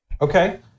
okay